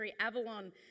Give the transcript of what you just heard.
Avalon